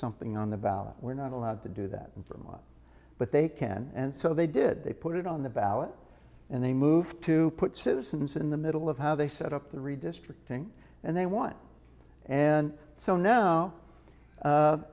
something on the ballot we're not allowed to do that for a month but they can and so they did they put it on the ballot and they moved to put citizens in the middle of how they set up the redistricting and they want and so now